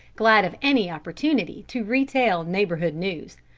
glad of any opportunity to retail neighbourhood news.